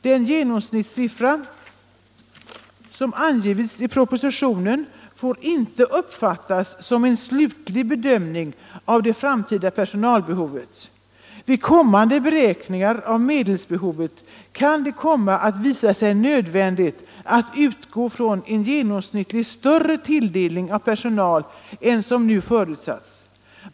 Den genomsnittssiffra som angivits i propositionen får inte uppfattas som en slutlig bedömning av det framtida personalbehovet. Vid kommande beräkningar av medelsbehovet kan det komma att visa sig nödvändigt att utgå från en genomsnittlig större tilldelning av personal än som nu förutsatts.